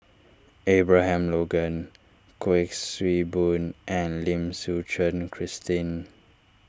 Abraham Logan Kuik Swee Boon and Lim Suchen Christine